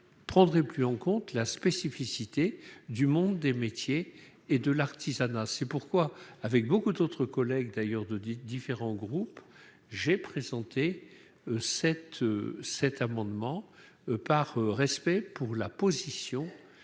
prendrait plus en compte les spécificités du monde des métiers et de l'artisanat. C'est pourquoi, comme beaucoup d'autres collègues de différents groupes, j'ai présenté cet amendement. Il s'agit de respecter la position